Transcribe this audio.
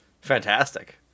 fantastic